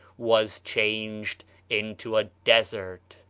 was changed into a desert.